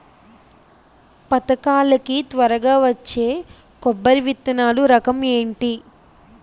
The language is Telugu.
పథకాల కి త్వరగా వచ్చే కొబ్బరి విత్తనాలు రకం ఏంటి?